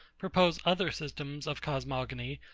propose other systems of cosmogony,